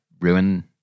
ruin